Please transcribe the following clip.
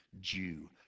Jew